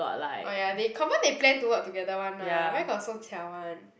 oh ya they confirm they plan to work together [one] lah where got so 巧 [one]